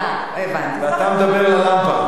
ואתה מדבר ללמפה,